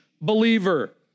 believer